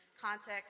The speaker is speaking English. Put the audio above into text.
context